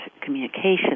communication